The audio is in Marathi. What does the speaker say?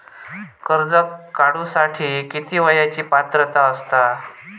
कर्ज काढूसाठी किती वयाची पात्रता असता?